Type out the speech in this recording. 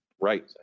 right